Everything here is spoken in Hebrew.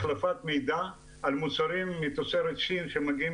החלפת מידע על מוצרים מתוצרת סין שמגיעים